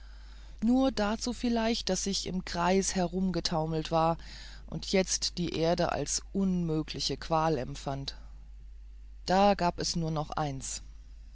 nur dazu vielleicht daß ich im kreis herumgetaumelt war und jetzt die erde als unmögliche qual empfand da gab es nur noch eins